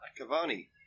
Cavani